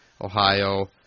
Ohio